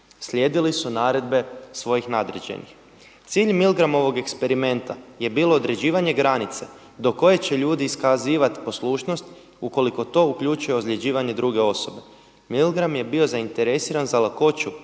Slijedili su naredbe svojih nadređenih. Cilj Milgramovog eksperimenta je bilo određivanje granice do koje će ljudi iskazivati poslušnost ukoliko to uključuje ozljeđivanje druge osobe. Milgram je bio zainteresiran za lakoću